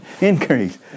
increase